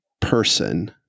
person